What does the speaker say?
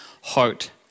heart